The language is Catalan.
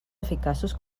eficaços